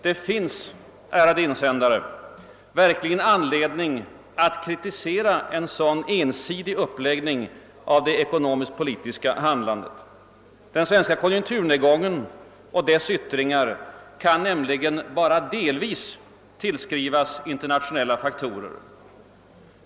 Det finns — ärade insändare — verkligen anledning att kritisera en sådan ensidig uppläggning av det ekonomisktpolitiska handlandet. Den svenska konjunkturnedgången och dess yttringar kan nämligen bara delvis tillskrivas internationella faktorer.